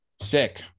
sick